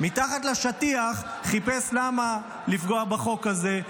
מתחת לשטיח חיפש למה לפגוע בחוק הזה.